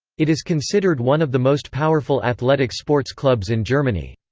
it is considered one of the most powerful athletics sports clubs in germany.